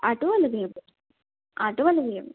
auto वाले भैया बोल रहे आटो वाले भैया